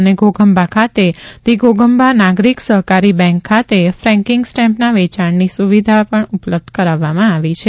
અને ઘોઘંબા ખાતે the Ghoghamba Nagarik Sahakari bank ખાતે ફેન્કિંગ સ્ટેમ્પના વેચાણની સુવિધાઓ પણ ઉપલબ્ધ કરવામાં આવી છે